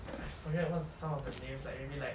I forget what's the sound of the nails like maybe like